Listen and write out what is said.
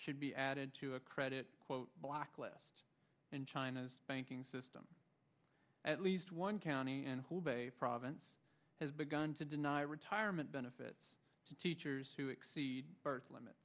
should be added to a credit blacklist in china's banking system at least one county and whole bay province has begun to deny retirement benefits to teachers who exceed the limit